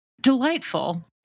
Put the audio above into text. delightful